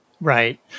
right